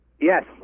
Yes